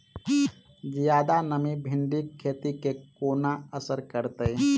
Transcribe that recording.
जियादा नमी भिंडीक खेती केँ कोना असर करतै?